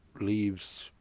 leaves